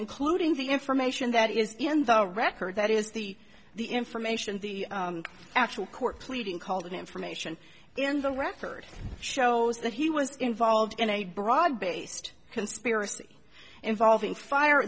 including the information that is in the record that is the the information the actual court pleading called information in the record shows that he was involved in a broad based conspiracy involving fire